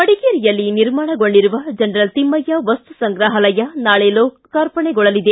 ಮಡಿಕೇರಿಯಲ್ಲಿ ನಿರ್ಮಾಣಗೊಂಡಿರುವ ಜನರಲ್ ತಿಮ್ಮಯ್ಯ ವಸ್ತು ಸಂಗ್ರಹಾಲಯ ನಾಳೆ ಲೋಕಾರ್ಪಣೆಗೊಳ್ಳಲಿದೆ